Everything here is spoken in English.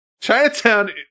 Chinatown